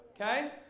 Okay